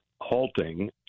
halting